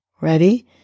ready